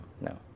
no